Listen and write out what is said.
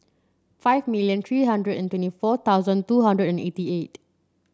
five million three hundred and twenty four thousand two hundred and eighty eight